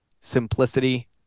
Simplicity